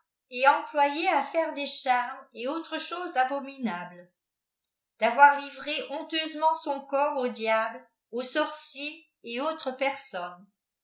et employée à faire des cbarmes et autres clioses abominables d'avoir livré bonteusement son corps aux diables aux rcicrs et autres pei